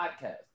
Podcast